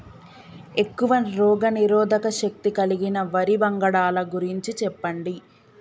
ఎక్కువ రోగనిరోధక శక్తి కలిగిన వరి వంగడాల గురించి చెప్పండి?